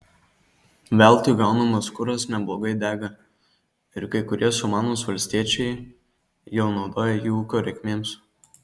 veltui gaunamas kuras neblogai dega ir kai kurie sumanūs valstiečiai jau naudoja jį ūkio reikmėms